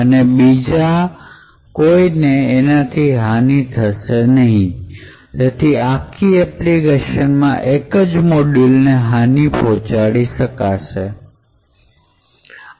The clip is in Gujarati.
અને બીજા કોઈ ને એનાથી હાનિ થશે નહી તેથી તે આખી એપ્લિકેશનમાં એક જ મોડ્યુલને હાની પહોંચાડવામાં સક્ષમ રહેશે